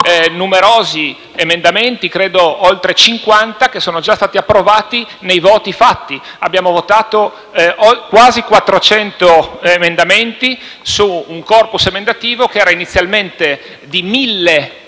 numerosi emendamenti - credo oltre 50 - che sono stati approvati. Abbiamo votato quasi 400 emendamenti su un *corpus* emendativo che era inizialmente di 1.000